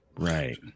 Right